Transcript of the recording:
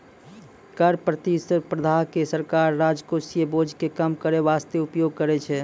कर प्रतिस्पर्धा के सरकार राजकोषीय बोझ के कम करै बासते उपयोग करै छै